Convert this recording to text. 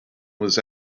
was